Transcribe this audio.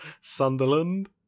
Sunderland